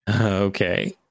okay